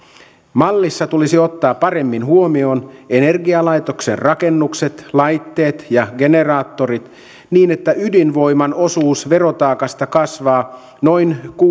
mallissa tulisi ottaa paremmin huomioon energialaitoksen rakennukset laitteet ja generaattorit niin että ydinvoiman osuus verotaakasta kasvaa noin